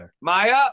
Maya